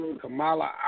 Kamala